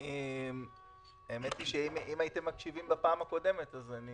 אם הייתם מקשיבים בפעם הקודמת...